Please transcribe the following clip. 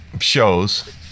shows